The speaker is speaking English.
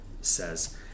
says